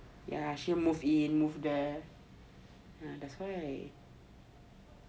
ya she moved in move there that's why